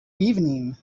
evening